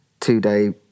two-day